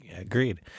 Agreed